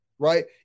Right